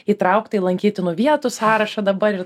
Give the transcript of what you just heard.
įtraukta į lankytinų vietų sąrašą dabar ir